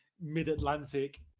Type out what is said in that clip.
mid-Atlantic